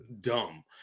Dumb